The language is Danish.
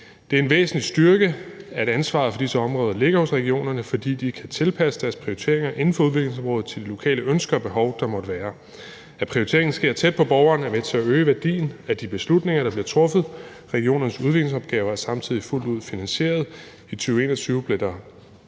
Det er en væsentlig styrke, at ansvaret for disse områder ligger hos regionerne, fordi de kan tilpasse deres prioriteringer inden for udviklingsområdet til de lokale ønsker og behov, der måtte være. At prioriteringen sker tæt på borgerne, er med til at øge værdien af de beslutninger, der bliver truffet. Regionernes udviklingsopgaver er samtidig fuldt ud finansieret. I 2021 blev der